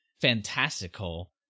fantastical